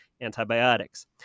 antibiotics